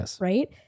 right